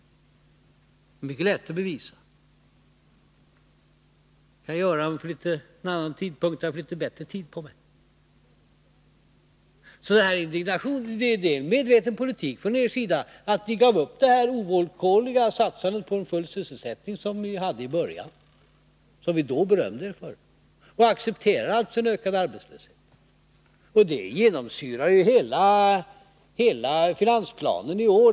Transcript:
Det är mycket lätt att bevisa. Men det kan jag göra vid en annan tidpunkt när jag har litet bättre tid på mig. Det är en medveten politik från er sida. Ni gav upp den ovillkorliga satsning på full sysselsättning som ni i början berömde er av. Ni accepterar alltså en ökad arbetslöshet. Detta genomsyrar ju hela finansplanen i år.